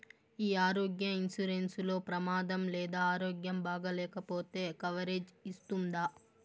ఈ ఆరోగ్య ఇన్సూరెన్సు లో ప్రమాదం లేదా ఆరోగ్యం బాగాలేకపొతే కవరేజ్ ఇస్తుందా?